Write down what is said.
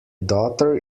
daughter